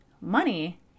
money